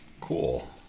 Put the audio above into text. Cool